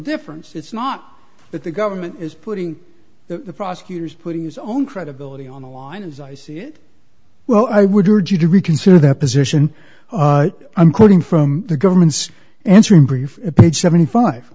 difference it's not that the government is putting the prosecutor's putting his own credibility on the line as i see it well i would urge you to reconsider that position i'm quoting from the government's answer in brief page seventy five